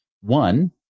one